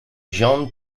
jean